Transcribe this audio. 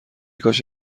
کاش